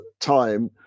time